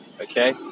okay